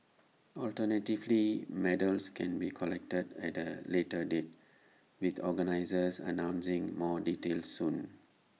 alternatively medals can be collected at A later date with organisers announcing more details soon